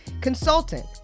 Consultant